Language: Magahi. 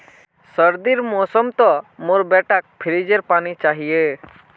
सर्दीर मौसम तो मोर बेटाक फ्रिजेर पानी चाहिए